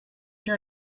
your